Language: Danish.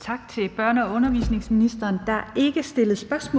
Kl. 15:26 Fjerde næstformand (Lars-Christian Brask):